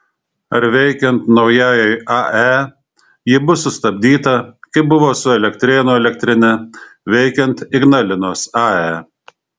ar veikiant naujajai ae ji bus sustabdyta kaip buvo su elektrėnų elektrine veikiant ignalinos ae